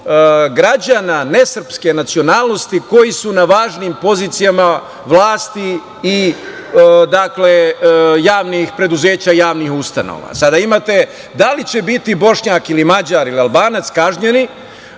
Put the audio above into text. građana nesrpske nacionalnosti koji su na važnim pozicijama vlasti i javnih preduzeća, javnih interesa. Sada, imate da li će biti Bošnjak ili Mađar ili Albanac kažnjeni,